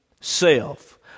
self